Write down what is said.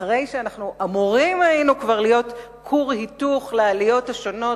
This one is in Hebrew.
אחרי שכבר היינו אמורים להיות כור היתוך לעליות השונות,